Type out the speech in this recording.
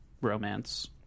romance